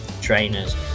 trainers